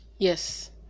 Yes